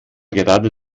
gerade